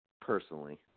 personally